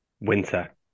winter